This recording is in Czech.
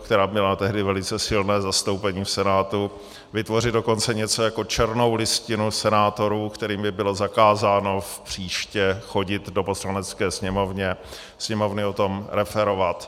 která měla tehdy velice silné zastoupení v Senátu, vytvořit něco jako černou listinu senátorů, kterým by bylo zakázáno příště chodit do Poslanecké sněmovny a Sněmovně o tom referovat.